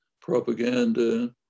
propaganda